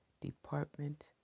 Department